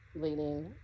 leading